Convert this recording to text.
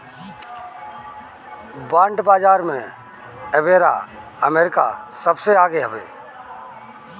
bond बाजार में एबेरा अमेरिका सबसे आगे हवे